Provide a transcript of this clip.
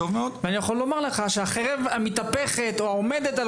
ואני יכול לומר לך שהחרב המתהפכת או העומדת על